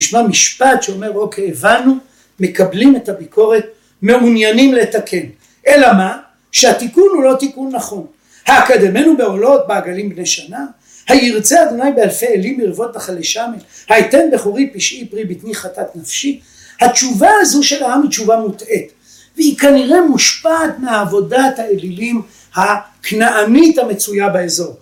‫נשמע משפט שאומר, אוקיי, הבנו, ‫מקבלים את הביקורת, מעוניינים לתקן. ‫אלא מה? שהתיקון הוא לא תיקון נכון. ‫האקדמנו בעולות בעגלים בני שנה, ‫הירצה אדוני באלפי אלים ‫מרבבות נחלי שמן, ‫היתן בכורי פשעי פרי ‫בטני חטאת נפשי, ‫התשובה הזו של העם היא תשובה מוטעת, ‫והיא כנראה מושפעת מעבודת האלילים ‫הכנענית המצויה באזור.